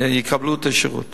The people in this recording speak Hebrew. יקבלו את השירות